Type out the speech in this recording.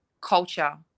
culture